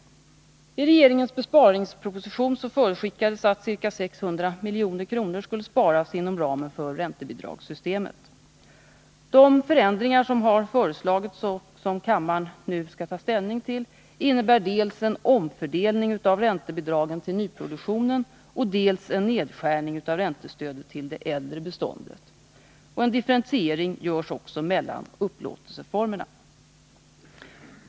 I regeringens besparingsproposition förutskickades att ca 600 milj.kr. skulle sparas inom ramen för räntebidragssystemet. De förändringar som har föreslagits — och som kammaren nu skall ta ställning till — innebär dels en omfördelning av räntebidragen till nyproduktionen, dels en nedskärning av räntestödet till det äldre beståndet. En differentiering görs också mellan upplåtelseformerna.